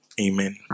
Amen